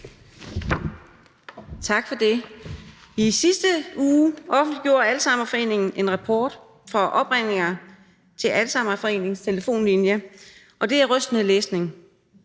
Tak for det. I sidste uge offentliggjorde Alzheimerforeningen en rapport om opringninger til foreningens telefonlinje, og det er rystende læsning.